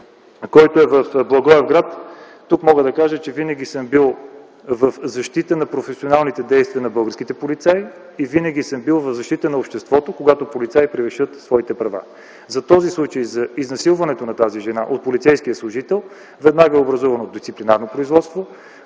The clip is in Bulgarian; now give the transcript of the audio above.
е в Благоевград. Тук мога да кажа, че винаги съм бил в защита на професионалните действия на българските полицаи и винаги съм бил в защита на обществото, когато полицаи превишат своите права. За този случай – за изнасилването на тази жена от полицейския служител, веднага е образувано дисциплинарно производство.